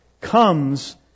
comes